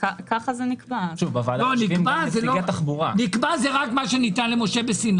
ובכלל זה לקבוע אזורים נוספים שבהם ייגבה מס.